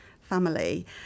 family